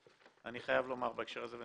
אני חייב לומר בהקשר הזה גם